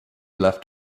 left